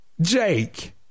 Jake